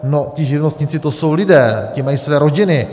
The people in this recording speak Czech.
No, ti živnostníci, to jsou lidé a ti mají své rodiny.